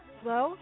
Hello